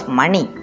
money